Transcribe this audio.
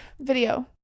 Video